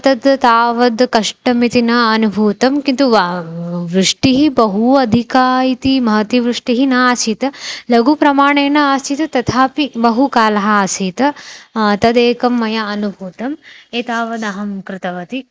तद् तावद् कष्टमिति न अनुभूतं किन्तु वा वृष्टिः बहु अधिका इति महती वृष्टिः न आसीत् लघुप्रमाणेन आसीत् तथापि बहुकालः आसीत् तदेकं मया अनुभूतम् एतावदहं कृतवती